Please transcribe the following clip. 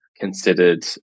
considered